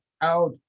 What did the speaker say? out